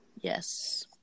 Yes